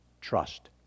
trust